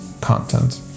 content